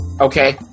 Okay